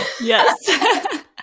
Yes